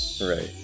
Right